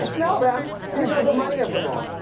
ah smell them. you know the money of them all.